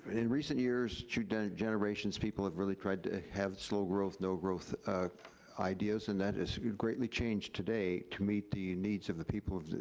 in recent years, generations, people have really tried to have slow growth, no growth ideas, and that has greatly changed today to meet the needs of the people of